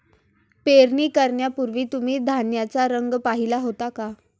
पेरणी करण्यापूर्वी तुम्ही धान्याचा रंग पाहीला होता का?